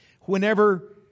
whenever